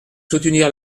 soutenir